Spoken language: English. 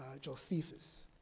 Josephus